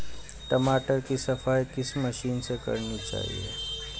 टमाटर की सफाई किस मशीन से करनी चाहिए?